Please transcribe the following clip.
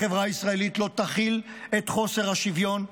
החברה הישראלית לא תכיל את חוסר השוויון.